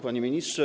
Panie Ministrze!